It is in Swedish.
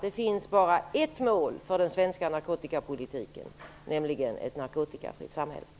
Det finns bara ett mål för den svenska narkotikapolitiken, nämligen ett narkotikafritt samhälle.